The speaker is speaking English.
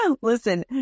Listen